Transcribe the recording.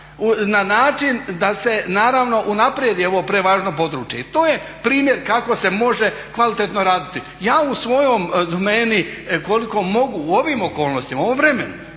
na način da se naravno unaprijedi ovo prevažno područje. I to je primjer kako se može kvalitetno raditi. Ja u svojoj domeni kolik mogu u ovim okolnostima, u ovom vremenu